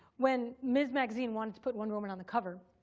when ms. magazine wanted to put wonder woman on the cover,